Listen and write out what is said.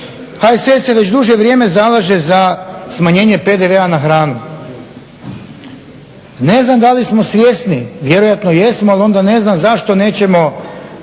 HSS se već duže vrijeme zalaže za smanjenje PDV-a na hranu. Ne znam da li smo svjesni, vjerojatno jesno, ali onda ne znam zašto nećemo